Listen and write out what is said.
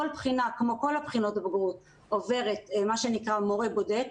כל בחינה כמו כל בחינות הבגרות עוברת מה שנקרא מורה בודק,